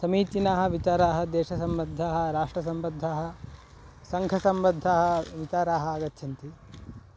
समीचीनाः विचाराः देशसम्बद्धाः राष्ट्रसम्बद्धाः सङ्घसम्बद्धाः विचाराः आगच्छन्ति